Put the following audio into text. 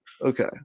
okay